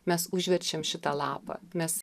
mes užverčiame šitą lapą mes